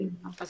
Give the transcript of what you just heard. חטיפים וכדומה.